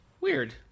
Weird